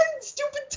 stupid